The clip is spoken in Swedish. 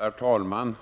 Herr talman!